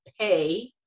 pay